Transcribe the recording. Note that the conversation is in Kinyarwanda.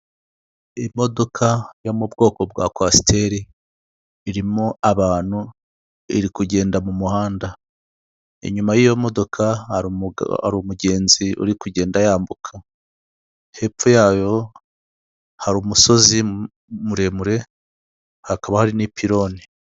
Imodoka yo mu bwoko bwa kwasiteri, irimo abantu, iri kugenda mu muhanda. Inyuma y'iyo modoka, hari umugenzi uri kugenda yambuka. Hepfo yayo, hari umusozi muremure, hakaba hari n'ipironi.